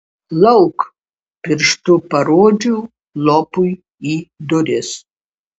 lauk pirštu parodžiau lopui į duris